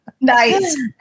nice